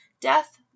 Death